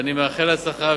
ואני מאחל הצלחה,